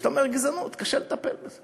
אבל כשאתה אומר "גזענות", קשה לטפל בזה.